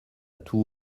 tout